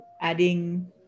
adding